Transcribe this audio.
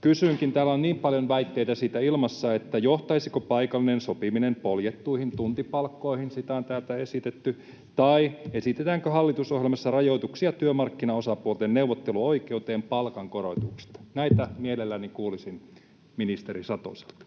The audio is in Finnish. kysynkin, kun täällä on niin paljon väitteitä siitä ilmassa: johtaisiko paikallinen sopiminen poljettuihin tuntipalkkoihin — sitä on täältä esitetty — tai esitetäänkö hallitusohjelmassa rajoituksia työmarkkinaosapuolten neuvotteluoikeuteen palkankorotuksista? Näitä mielelläni kuulisin ministeri Satoselta.